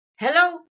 Hello